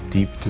Deep